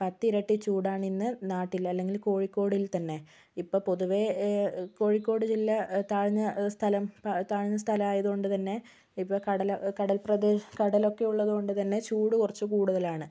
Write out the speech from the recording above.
പത്തിരട്ടി ചൂടാണിന്ന് നാട്ടിൽ അല്ലെങ്കിൽ കോഴിക്കോടിൽ തന്നെ ഇപ്പോൾ പൊതുവേ കോഴിക്കോട് ജില്ല താഴ്ന്ന സ്ഥലം താഴ്ന്ന സ്ഥലമായതുകൊണ്ട് തന്നെ ഇപ്പോൾ കടല കടൽ പ്രത് കടലൊക്കെ ഉള്ളത് കൊണ്ട് തന്നെ ചൂട് കുറച്ച് കൂടുതലാണ്